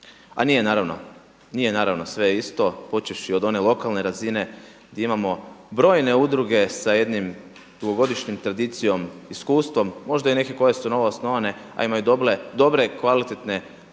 u isti koš, a nije naravno sve isto, počevši od one lokalne razine gdje imamo brojne udruge sa jednim dugogodišnjom tradicijom, iskustvom, možda i neke koje su novoosnovane a imaju dobre kvalitetne projekte,